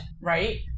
right